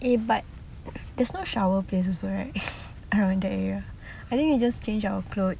eh but there's no shower place also right around the area I think we just change our clothes